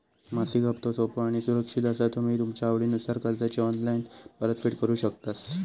मासिक हप्तो सोपो आणि सुरक्षित असा तुम्ही तुमच्या आवडीनुसार कर्जाची ऑनलाईन परतफेड करु शकतास